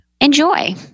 Enjoy